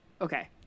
Okay